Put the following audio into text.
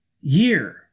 year